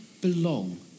belong